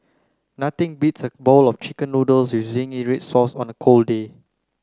nothing beats a bowl of chicken noodles with zingy red sauce on a cold day